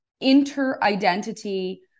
inter-identity